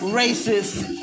racist